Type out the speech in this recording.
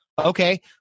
okay